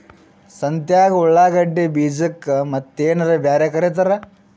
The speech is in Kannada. ಸಂತ್ಯಾಗ ಉಳ್ಳಾಗಡ್ಡಿ ಬೀಜಕ್ಕ ಮತ್ತೇನರ ಬ್ಯಾರೆ ಕರಿತಾರ?